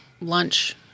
lunch